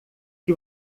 que